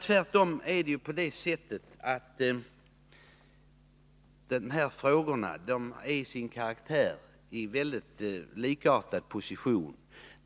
Tvärtom befinner sig de här frågorna till sin karaktär i en väldigt likartad position.